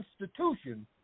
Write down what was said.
institution